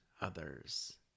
others